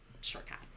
shortcut